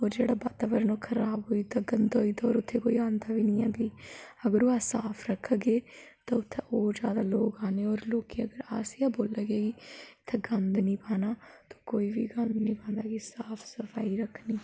और जेहडा बातावरण खराब होई दा गंदा होई दा और उत्थे कोई आंदा बी नेई ऐ अगर ओह् अस साफ रखगै तां उत्थे और ज्यादा लौग आने और लोके गी अगर अस गै बोलगै कि इत्थे गंद नेई पाओ ते नेई पाना कोई बी गंद नेई लगा पान मतलब कि साफ सफाई रक्खनी